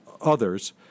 others